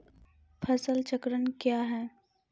फसल चक्रण कया हैं?